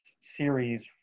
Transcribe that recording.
series